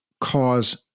cause